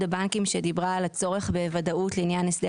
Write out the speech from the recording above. הבנקים שדיברה על הצורך בוודאות לעניין הסדר